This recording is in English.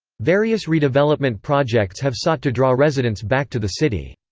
various redevelopment projects have sought to draw residents back to the city.